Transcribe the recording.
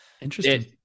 interesting